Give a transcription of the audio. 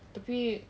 tapi